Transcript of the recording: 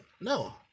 No